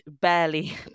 barely